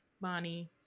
Bonnie